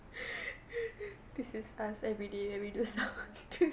this is us everyday when we do some~ thing